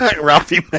Ralphie